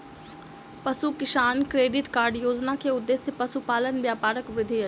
पशु किसान credit card योजना के उद्देश्य पशुपालन व्यापारक वृद्धि अछि